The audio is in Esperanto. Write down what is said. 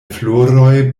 floroj